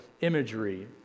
imagery